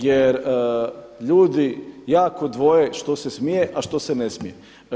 Jer ljudi jako dvoje što se smije, a što se ne smije.